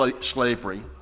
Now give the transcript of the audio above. slavery